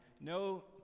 no